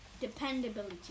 Dependability